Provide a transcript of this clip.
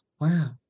wow